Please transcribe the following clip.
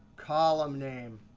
column name.